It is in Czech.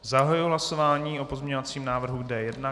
Zahajuji hlasování o pozměňovacím návrhu D1.